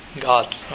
God